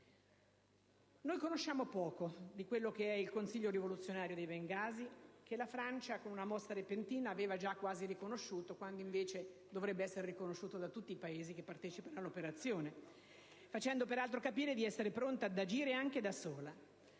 Conosciamo poco del Consiglio rivoluzionario di Bengasi, che la Francia, con una mossa repentina, aveva già quasi riconosciuto quando invece dovrebbe essere riconosciuto da tutti i Paesi che partecipano all'operazione, facendo peraltro capire di essere pronta ad agire anche da sola.